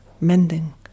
mending